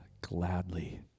gladly